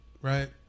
right